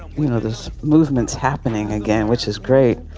we know this movement is happening again, which is great.